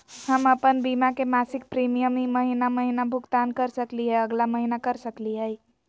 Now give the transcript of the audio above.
हम अप्पन बीमा के मासिक प्रीमियम ई महीना महिना भुगतान कर सकली हे, अगला महीना कर सकली हई?